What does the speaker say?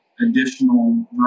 additional